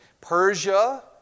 Persia